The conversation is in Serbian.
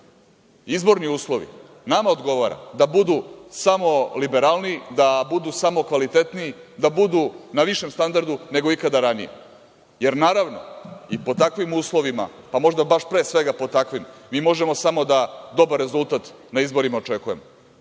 izborni uslovi, nama odgovara da budu samo liberalniji, da budu samo kvalitetniji, da budem na višem standardu nego ikada ranije. Naravno i pod takvim uslovima, pa možda baš, pre svega, pod takvim mi možemo samo da dobar rezultat na izborima očekujemo,